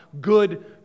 good